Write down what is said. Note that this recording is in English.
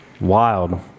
Wild